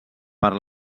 per